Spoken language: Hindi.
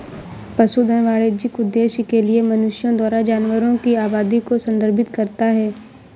पशुधन वाणिज्यिक उद्देश्य के लिए मनुष्यों द्वारा जानवरों की आबादी को संदर्भित करता है